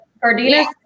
Cardenas